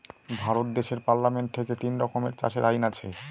ভারত দেশের পার্লামেন্ট থেকে তিন রকমের চাষের আইন আছে